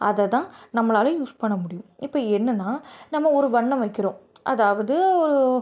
அதைதான் நம்மளால் யூஸ் பண்ண முடியும் இப்போ என்னென்னா நம்ம ஒரு வண்ணம் வைக்கிறோம் அதாவது ஒரு